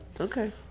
Okay